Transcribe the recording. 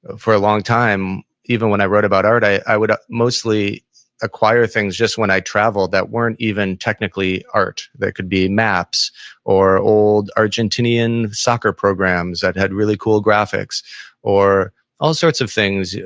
for a long time, even when i wrote about art, i would mostly acquire things just when i traveled that weren't even technically art that could be maps or old argentinian soccer programs that had really cool graphics or all sorts of things, yeah